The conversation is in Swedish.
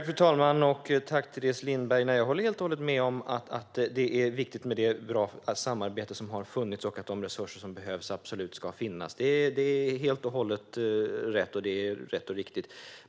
Fru talman! Jag håller helt och hållet med om att det är viktigt med det samarbete som har funnits och att de resurser som behövs absolut ska finnas. Det är helt och hållet rätt och riktigt.